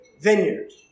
vineyard